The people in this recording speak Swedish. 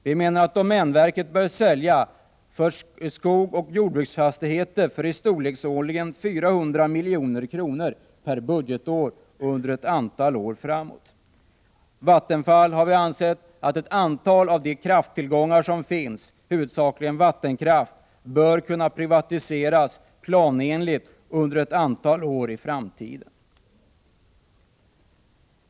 Vi menar att domänverket bör sälja skogsoch jordbruksfastigheter för ungefär 400 milj.kr. per budgetår under ett antal år framåt. För Vattenfalls del har vi ansett att ett antal av de krafttillgångar som finns — huvudsakligen vattenkraft — bör kunna privatiseras planenligt under ett antal år i framtiden.